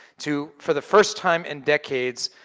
to, for the first time in decades,